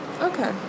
Okay